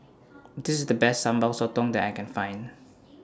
This IS The Best Sambal Sotong that I Can Find